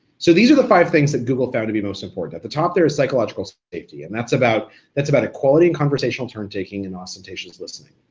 so these are the five things that google found to be most important. at the top there's psychological safety, and that's about that's about equality and in turn-taking and ostentatious listening.